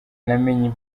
namenye